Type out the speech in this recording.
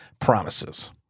promises